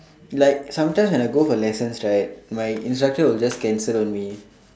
like sometimes when I go for lessons right my instructor will just cancel on we